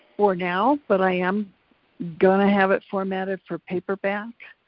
for now, but i am gonna have it formatted for paperback,